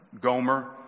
Gomer